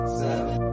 seven